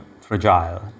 fragile